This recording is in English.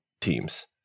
teams